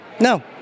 No